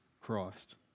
Christ